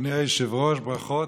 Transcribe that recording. אדוני היושב-ראש, ברכות.